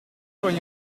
van